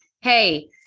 Hey